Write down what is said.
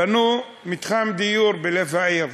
בנו מתחם דיור בלב העיר,